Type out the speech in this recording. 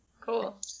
Cool